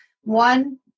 one